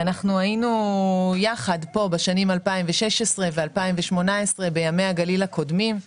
אנחנו היינו יחד פה בשנים 2016 ו-2017 בימי הגליל הקודמים.